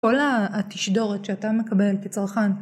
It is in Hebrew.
כל התשדורת שאתה מקבל כצרכן.